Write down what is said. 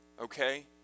Okay